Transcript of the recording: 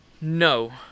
No